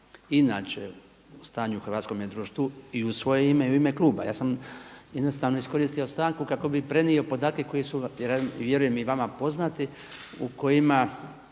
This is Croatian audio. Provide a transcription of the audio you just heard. inače u hrvatskome društvu i u svoje ime i u ime kluba. Ja sam jednostavno iskoristio stanku kako bih prenio podatke vjerujem i vama poznati, u kojima,